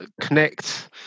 connect